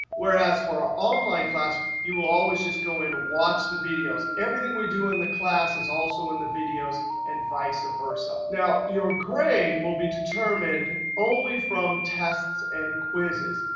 whereas for ah online class, you will always just go and watch the videos. everything we do in the class is also in the videos and vice versa. now your grade will be determined only from test and quizzes.